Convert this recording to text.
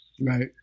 Right